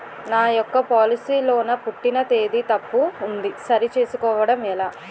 నా యెక్క పోలసీ లో నా పుట్టిన తేదీ తప్పు ఉంది సరి చేసుకోవడం ఎలా?